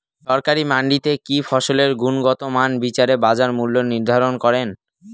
সরকারি মান্ডিতে কি ফসলের গুনগতমান বিচারে বাজার মূল্য নির্ধারণ করেন?